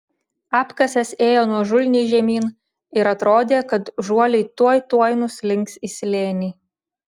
apkasas ėjo nuožulniai žemyn ir atrodė kad žuoliai tuoj tuoj nuslinks į slėnį